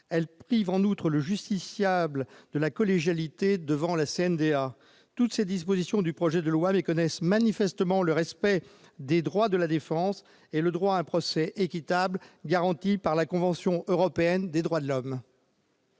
elle prive en outre le justiciable de la collégialité devant la CNDA. Toutes ces dispositions méconnaissent manifestement les droits de la défense et le droit à un procès équitable garantis par la convention européenne des droits de l'homme.